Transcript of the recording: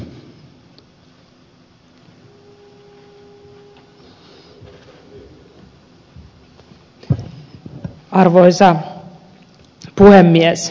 arvoisa puhemies